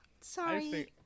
sorry